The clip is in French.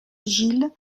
gil